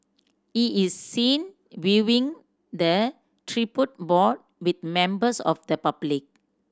he is seen viewing the tribute board with members of the public